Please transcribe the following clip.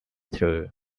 through